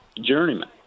Journeyman